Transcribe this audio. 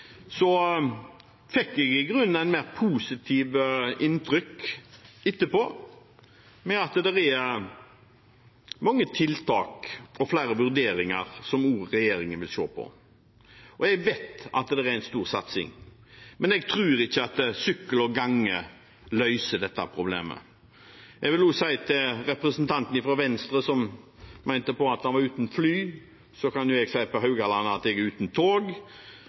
fikk jeg et mer positivt inntrykk av at det er mange tiltak og flere vurderinger som også regjeringen vil se på. Jeg vet at det er en stor satsing, men jeg tror ikke at sykkel og gange løser dette problemet. Jeg vil også si til representanten fra Venstre som mente at han var uten fly, at jeg fra Haugalandet er uten tog, men jeg er